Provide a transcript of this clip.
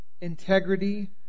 integrity